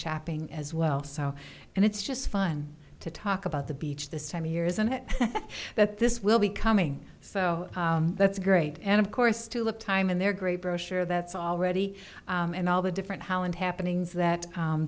shopping as well so and it's just fun to talk about the beach this time of year isn't it that this will be coming so that's great and of course to look time and their great brochure that's already and all the different holland happenings that